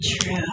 true